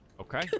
Okay